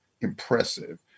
impressive